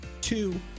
two